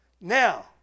Now